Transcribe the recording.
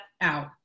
out